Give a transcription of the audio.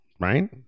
right